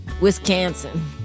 Wisconsin